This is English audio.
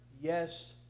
Yes